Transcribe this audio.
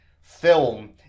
film